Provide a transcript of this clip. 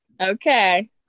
Okay